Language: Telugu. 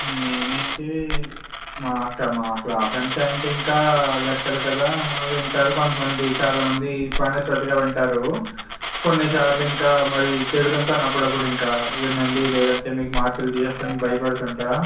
నేను అయితే మా క్లాస్ అంటే అండి ఇంకా లెక్కలు కదా వింటారు కొంతమంది చాలా మంది బాగానే శ్రద్ధగా వింటారు కొన్నిసార్లు ఇంకా మరి తిడుతుంటాను అప్పుడప్పుడు ఇంకా వినండి లేదంటే మీకు మార్కులు తీసేస్తాను అని భయపెడుతూ ఉంటా